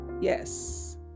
Yes